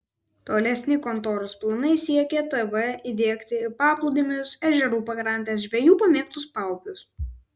tolesni kontoros planai siekė tv įdiegti į paplūdimius ežerų pakrantes žvejų pamėgtus paupius